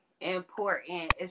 important